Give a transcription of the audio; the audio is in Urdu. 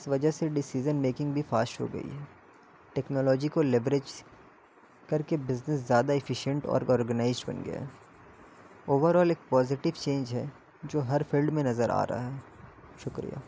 اس وجہ سے ڈیسیزن میکنگ بھی فاسٹ ہو گئی ہے ٹیکنالوجی کو لیوریج کر کے بزنس زیادہ افیشئینٹ اور آرگنائزڈ بن گیا ہے اوور آل ایک پوزیٹیو چینج ہے جو ہر فیلڈ میں نظر آ رہا ہے شکریہ